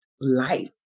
life